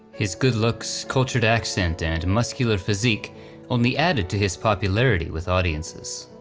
his good looks, cultured accent, and muscular physique only added to his popularity with audiences,